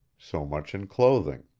so much in clothing.